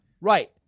right